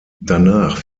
danach